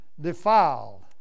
defiled